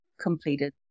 completed